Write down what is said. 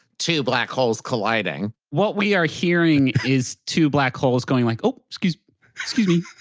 two black holes colliding. what we are hearing is two black holes going, like oh. excuse excuse me.